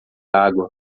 água